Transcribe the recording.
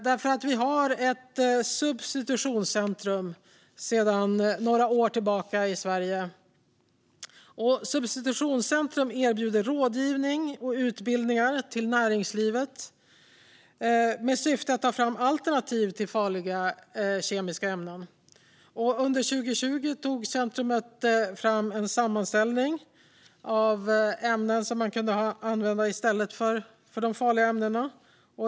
Vi har sedan några år tillbaka ett substitutionscentrum i Sverige, och där erbjuder man rådgivning och utbildningar till näringslivet med syfte att ta fram alternativ till farliga kemiska ämnen. Under 2020 tog centrumet fram en sammanställning av ämnen som kunde användas i stället för de farliga ämnena.